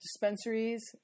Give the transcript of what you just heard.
dispensaries